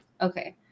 Okay